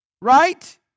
right